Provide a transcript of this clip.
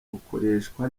ukoreshwa